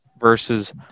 versus